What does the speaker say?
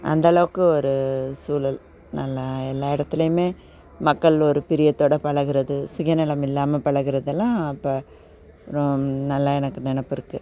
அந்தளவுக்கு ஒரு சூழல் நல்லா எல்லா இடத்துலையுமே மக்கள் ஒரு பிரியத்தோட பழகுறது சுயநலம் இல்லாமல் பழகிறதெல்லாம் அப்போ நல்லா எனக்கு நினப்பு இருக்குது